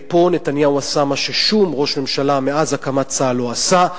פה נתניהו עשה מה ששום ראש ממשלה מאז הקמת צה"ל לא עשה: